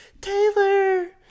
Taylor